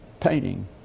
painting